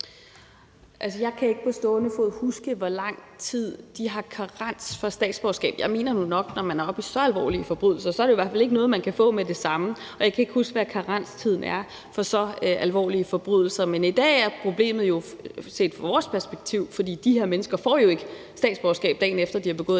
(RV): Jeg kan ikke på stående fod huske, hvor lang tid de har karens for statsborgerskab. Jeg mener nu nok, at når man er oppe i så alvorlige forbrydelser, så er det i hvert fald ikke noget, man kan få med det samme. Jeg kan ikke huske, hvad karenstiden er for så alvorlige forbrydelser, men de her mennesker får jo ikke statsborgerskab, dagen efter at de har begået